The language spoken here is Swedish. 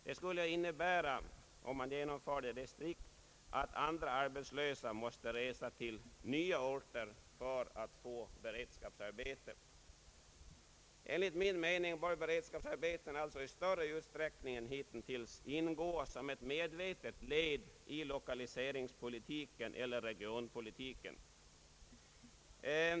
Det skulle innebära, om man genomför detta strikt, att andra arbetslösa måste resa till nya orter för att få beredskapsarbete. Enligt min mening bör beredskapsarbeten alltså i större utsträckning än hitintills ingå som ett medvetet led i lokaliseringspolitiken eller regionpolitiken.